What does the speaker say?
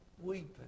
weeping